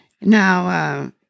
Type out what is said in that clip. Now